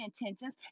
intentions